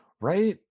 Right